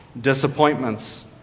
disappointments